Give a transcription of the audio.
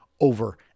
over